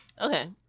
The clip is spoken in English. Okay